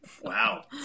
wow